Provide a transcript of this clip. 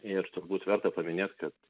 ir turbūt verta paminėt kad